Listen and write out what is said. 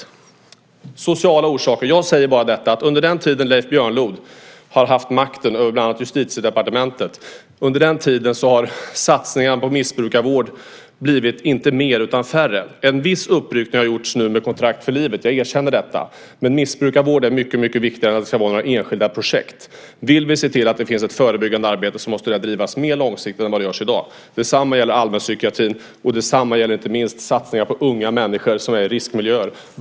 När det gäller sociala orsaker säger jag bara följande: Under den tid som Leif Björnlod haft makten bland annat över Justitiedepartementet har satsningarna på missbrukarvård inte blivit fler utan färre. En viss uppryckning har nu gjorts i och med Kontrakt för livet - det erkänner jag - men missbrukarvård är mycket viktigare än att det ska vara några enskilda projekt. Vill vi se till att det finns ett förebyggande arbete måste det drivas mer långsiktigt än som sker i dag. Detsamma gäller allmänpsykiatrin och inte minst satsningarna på unga människor i riskmiljöer.